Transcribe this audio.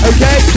Okay